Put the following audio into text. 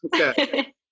Okay